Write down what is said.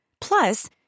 Plus